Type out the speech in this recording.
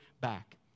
back